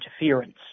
interference